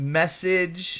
message